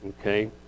okay